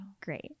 great